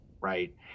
right